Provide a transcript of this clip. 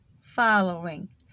following